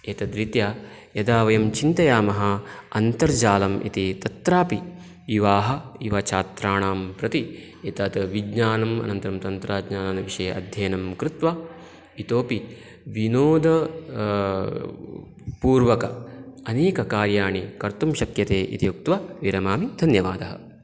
एतद्रीत्या यदा वयं चिन्तयामः अन्तर्जालम् इति तत्रापि युवाः युवछात्राणां प्रति एतत् विज्ञानं अनन्तरं तन्त्रज्ञानविषये अध्ययनं कृत्वा इतोपि विनोद पूर्वक अनेककार्याणि कर्तुं शक्यते इति उक्त्वा विरमामि धन्यवादः